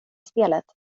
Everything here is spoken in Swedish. spelet